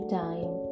time